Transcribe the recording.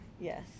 Yes